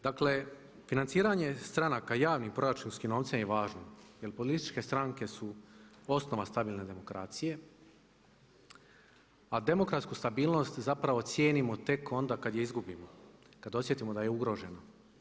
Dakle, financiranje stranaka javnim proračunskim novcem je važno, jer političke stranke su osnova stabilne demokracije, a demokratsku stabilnost zapravo cijenimo tek onda kad je izgubimo, kad osjetimo da je ugroženo.